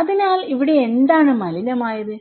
അതിനാൽ ഇവിടെ എന്താണ് മലിനമായത്